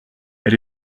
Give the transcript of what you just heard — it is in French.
elle